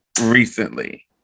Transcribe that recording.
recently